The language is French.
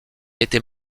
était